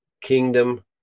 kingdom